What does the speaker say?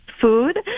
food